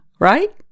right